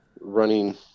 running